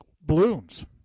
balloons